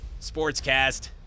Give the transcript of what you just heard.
sportscast